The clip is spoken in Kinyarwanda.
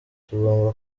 tugomba